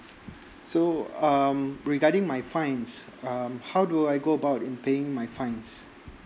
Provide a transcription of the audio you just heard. so um regarding my fines um how do I go about in paying my fines